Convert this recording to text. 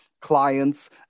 clients